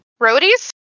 Roadies